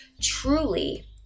Truly